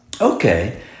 Okay